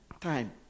time